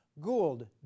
Gould